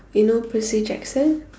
you know Percy-Jackson